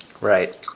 Right